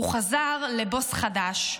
הוא חזר לבוס חדש.